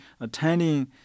attending